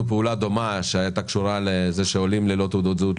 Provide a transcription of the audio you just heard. פעולה דומה שהייתה קשורה לזה שעולים ללא תעודות זהות,